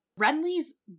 Renly's